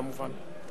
כמובן.